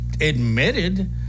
admitted